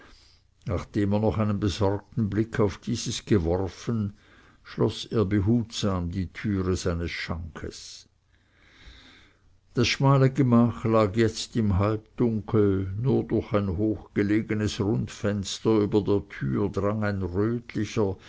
nachdem er noch einen besorgten blick auf dieses geworfen schloß er behutsam die türe seines schankes das schmale gemach lag jetzt im halbdunkel nur durch ein hochgelegenes rundfenster über der tür drang ein rötlicher